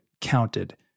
counted